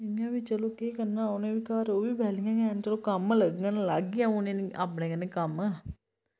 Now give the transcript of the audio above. इ'यां बी चलो केह् करना उनें बी घर ओह् बी बैह्लियां न ते चलो कम्म लग्गन लागियां उनें अ'ऊं अपने कन्नै कम्म